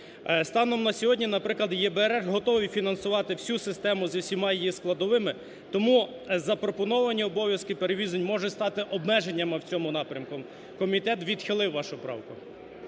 Станом на сьогодні, наприклад, ЄБРР готовий фінансувати всю систему з усіма її складовими, тому запропоновані обов'язки перевезень можуть стати обмеженнями в цьому напрямку. Комітет відхилив вашу правку.